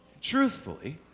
Truthfully